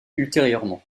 ultérieurement